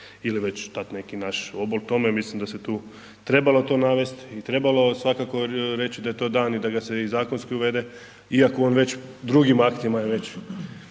ili već dati neki naš obol tome, mislim da se tu trebalo to navest i trebalo svakako reći da je to dan i da ga se i zakonski uvede iako on već drugim aktima je već,